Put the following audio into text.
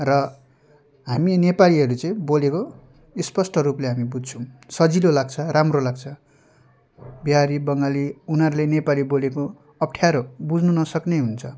र हामी नेपालीहरू चाहिँ बोलेको स्पष्ट रूपले हामी बुझ्छौँ सजिलो लाग्छ राम्रो लाग्छ बिहारी बङ्गाली उनीहरूले नेपाली बोलेको अप्ठ्यारो बुझ्नु नसक्ने हुन्छ